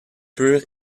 pure